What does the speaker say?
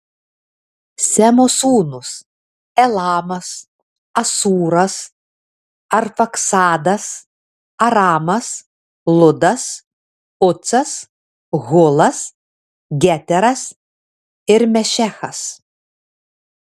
semo sūnūs elamas asūras arfaksadas aramas ludas ucas hulas geteras ir mešechas